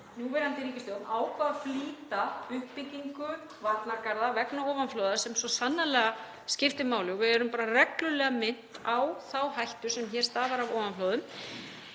Núverandi ríkisstjórn ákvað að flýta uppbyggingu varnargarða vegna ofanflóða, sem svo sannarlega skiptir máli. Við erum bara reglulega minnt á þá hættu sem hér stafar af ofanflóðum.